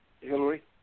Hillary